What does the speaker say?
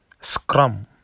Scrum